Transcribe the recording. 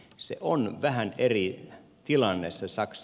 se on vähän eri tilanne se saksa